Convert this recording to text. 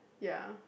ya